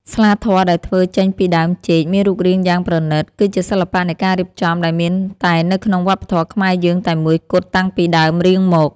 ស្លាធម៌ដែលធ្វើចេញពីដើមចេកមានរូបរាងយ៉ាងប្រណីត គឺជាសិល្បៈនៃការរៀបចំដែលមានតែនៅក្នុងវប្បធម៌ខ្មែរយើងតែមួយគត់តាំងពីដើមរៀងមក។